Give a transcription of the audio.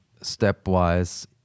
stepwise